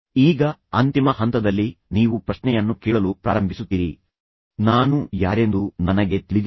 ಈಗ ಅಂತಿಮ ಹಂತದಲ್ಲಿ ನೀವು ಪ್ರಶ್ನೆಯನ್ನು ಕೇಳಲು ಪ್ರಾರಂಭಿಸುತ್ತೀರಿ ನಾನು ಈ ಎಲ್ಲಾ ಕೆಲಸಗಳನ್ನು ಮಾಡಿದ್ದೇನೆ ಆದರೆ ನಾನು ಯಾರೆಂದು ನನಗೆ ತಿಳಿದಿಲ್ಲ